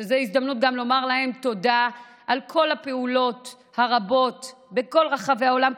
שזו הזדמנות גם לומר להם תודה על כל הפעולות הרבות בכל רחבי העולם,